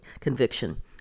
conviction